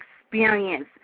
experience